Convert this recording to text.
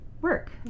work